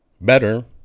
better